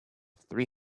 three